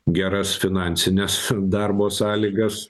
geras finansines darbo sąlygas